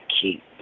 keep